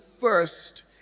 first